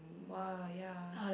!wah! yea